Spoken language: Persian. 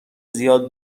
زیاد